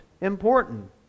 important